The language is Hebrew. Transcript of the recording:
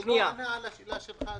הוא לא ענה על השאלה שלך,